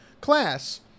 class